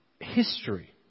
history